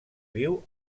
viu